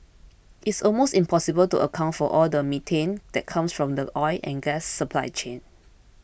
it's almost impossible to account for all the methane that comes from the oil and gas supply chain